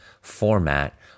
format